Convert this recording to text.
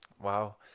Wow